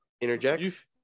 Interjects